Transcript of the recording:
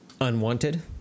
unwanted